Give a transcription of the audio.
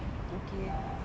ya